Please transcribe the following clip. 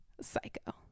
Psycho